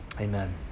amen